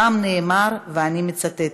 שם נאמר, ואני מצטטת: